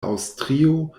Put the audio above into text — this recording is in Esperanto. aŭstrio